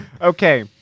Okay